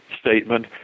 statement